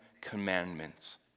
Commandments